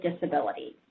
disabilities